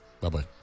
Bye-bye